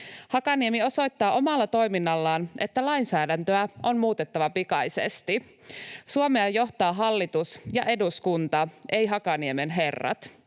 Hakaniemi osoittaa omalla toiminnallaan, että lainsäädäntöä on muutettava pikaisesti. Suomea johtavat hallitus ja eduskunta, eivät Hakaniemen herrat.